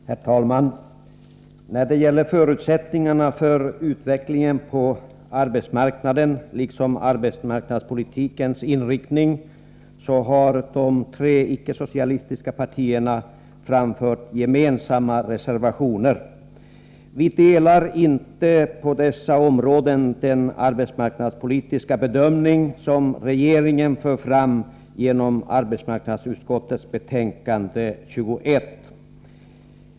Herr talman! När det gäller förutsättningarna för utvecklingen på arbetsmarknaden liksom arbetsmarknadspolitikens inriktning har de tre ickesocialistiska partierna framfört gemensamma reservationer. Vi delar på dessa områden inte den arbetsmarknadspolitiska bedömning som regeringen för fram i arbetsmarknadsutskottets betänkande 21.